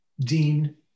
Dean